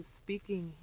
speaking